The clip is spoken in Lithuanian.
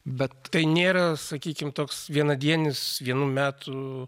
bet tai nėra sakykim toks vienadienis vienų metų